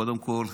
קודם כול,